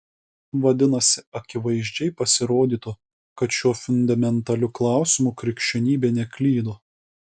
vadinasi akivaizdžiai pasirodytų kad šiuo fundamentaliu klausimu krikščionybė neklydo